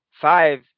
five